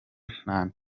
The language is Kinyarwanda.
nta